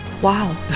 Wow